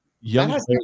Young